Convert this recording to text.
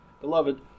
Beloved